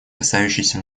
касающейся